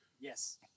Yes